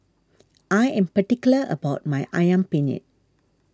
I am particular about my Ayam Penyet